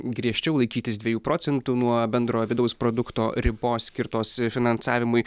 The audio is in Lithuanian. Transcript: griežčiau laikytis dviejų procentų nuo bendrojo vidaus produkto ribos skirtos finansavimui